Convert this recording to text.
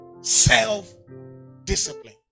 Self-discipline